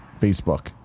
Facebook